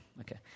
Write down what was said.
Okay